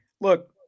look